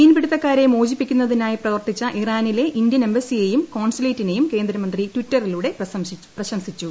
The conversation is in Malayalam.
മീൻപിടുത്തക്കാരെ മോചിപ്പിക്കുന്നതിനായി പ്രവർത്തിച്ച ഇറാനിലെ ഇന്ത്യൻ എംബസിയെയും കോൺസുലേറ്റിനെയും കേന്ദ്രമന്ത്രി ട്വിറ്ററിലൂടെ പ്രശംസിച്ചു